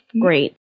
great